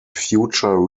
future